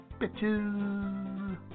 bitches